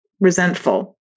Resentful